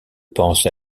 pense